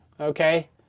okay